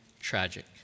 tragic